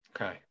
Okay